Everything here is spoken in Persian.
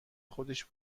خودش